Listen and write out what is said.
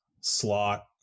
slot